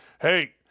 Hey